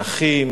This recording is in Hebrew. מאחים,